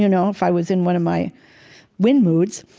you know if i was in one of my win moods.